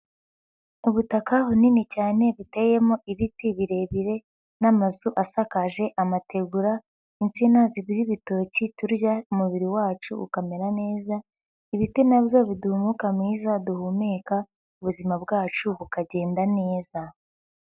Ubutaka bunini cyane buteyemo ibiti birebire n'amazu asakaje amategura, insina ziduha ibitoki turya, umubiri wacu ukamera neza, ibiti na byo biduha umwuka mwiza duhumeka, ubuzima bwacu bukagenda neza.